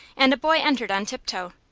and a boy entered on tiptoe.